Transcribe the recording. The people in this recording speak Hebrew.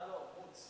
אה, לא, מוץ.